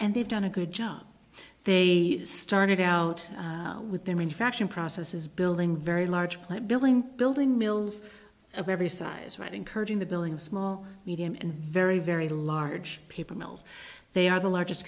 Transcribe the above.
and they've done a good job they started out with their manufacturing process is building very large plate building building mills of every size right encouraging the billing small medium and very very large paper mills they are the largest